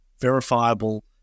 verifiable